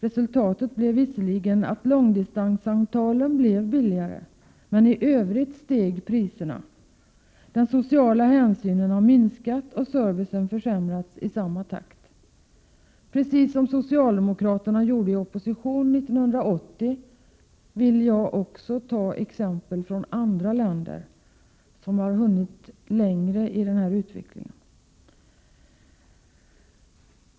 Resultatet blev visserligen att långdistanssamtalen blev billigare, men i Övrigt steg priserna. Den sociala hänsynen har minskat och servicen försämrats i samma takt. Liksom socialdemokraterna gjorde 1980 vill också jag anföra exempel från länder som har hunnit längre i utvecklingen.